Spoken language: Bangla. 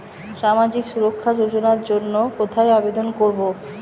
সামাজিক সুরক্ষা যোজনার জন্য কোথায় আবেদন করব?